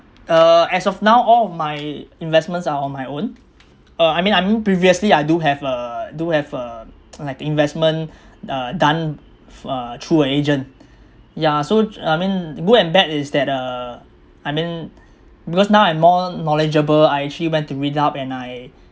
uh as of now all my investments are on my own uh I mean I mean previously I do have uh do have uh like investment uh done f~ uh through an agent yeah so I mean good and bad is that uh I mean because now I'm more knowledgeable I actually went to read up and I